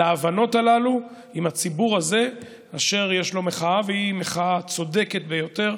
להבנות הללו עם הציבור הזה אשר יש לו מחאה והיא מחאה צודקת ביותר.